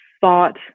thought